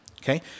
okay